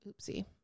oopsie